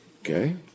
Okay